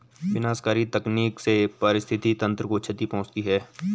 विनाशकारी तकनीक से पारिस्थितिकी तंत्र को क्षति पहुँचती है